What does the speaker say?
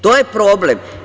To je problem.